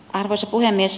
arvoisa puhemies